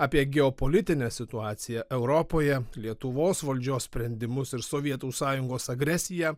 apie geopolitinę situaciją europoje lietuvos valdžios sprendimus ir sovietų sąjungos agresiją